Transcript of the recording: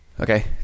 Okay